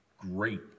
great